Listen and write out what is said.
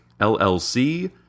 LLC